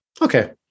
Okay